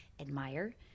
admire